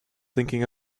thinking